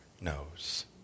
knows